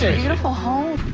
ah beautiful home.